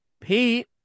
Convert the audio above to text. Pete